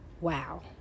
wow